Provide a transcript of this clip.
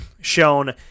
shown